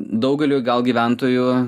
daugeliui gal gyventojų